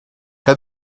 que